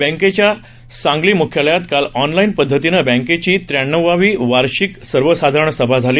बँकेच्या सांगली मुख्यालयात काल ऑनलाईन पद्धतीनं बँकेची त्र्याण्णवावी वार्षिक सर्वसाधारण सभा झाली